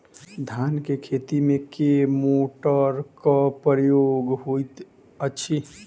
धान केँ खेती मे केँ मोटरक प्रयोग होइत अछि?